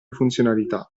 funzionalità